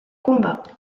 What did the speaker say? combat